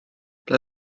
ble